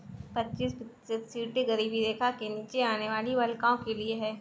पच्चीस प्रतिशत सीटें गरीबी रेखा के नीचे आने वाली बालिकाओं के लिए है